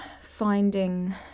finding